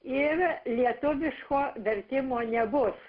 ir lietuviško vertimo nebus